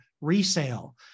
resale